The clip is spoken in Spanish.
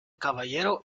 caballero